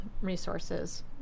resources